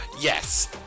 Yes